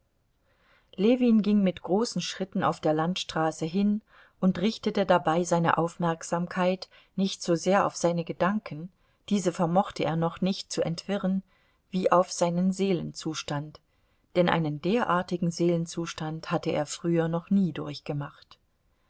ljewin ging mit großen schritten auf der landstraße hin und richtete dabei seine aufmerksamkeit nicht sosehr auf seine gedanken diese vermochte er noch nicht zu entwirren wie auf seinen seelenzustand denn einen derartigen seelenzustand hatte er früher noch nie durchgemacht